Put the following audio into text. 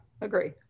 agree